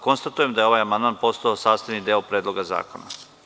Konstatujem da je ovaj amandman postao sastavni deo Predloga zakona.